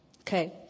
Okay